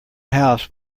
house